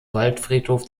waldfriedhof